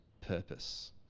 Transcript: purpose